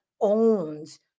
owns